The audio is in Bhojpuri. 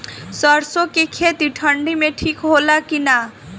सरसो के खेती ठंडी में ठिक होला कि ना?